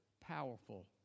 powerful